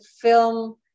film